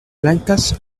blancas